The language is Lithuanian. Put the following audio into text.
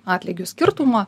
atlygių skirtumą